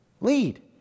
Lead